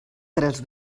tres